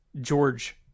George